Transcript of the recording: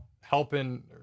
helping